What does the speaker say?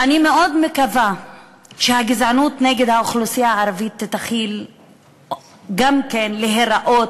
אני מאוד מקווה שהגזענות נגד האוכלוסייה הערבית תתחיל גם כן להיראות,